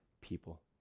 people